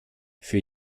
für